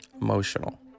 Emotional